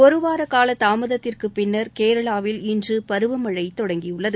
ஒருவார கால தாமதத்திற்குப் பின்னர் கேரளாவில் இன்று பருவமழை தொடங்கியுள்ளது